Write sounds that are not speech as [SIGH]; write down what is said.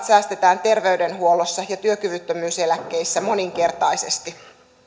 [UNINTELLIGIBLE] säästetään terveydenhuollossa ja työkyvyttömyyseläkkeissä moninkertaisesti